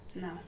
No